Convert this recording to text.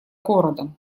городом